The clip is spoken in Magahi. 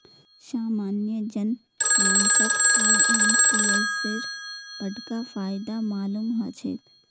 सामान्य जन मानसक आईएमपीएसेर बडका फायदा मालूम ह छेक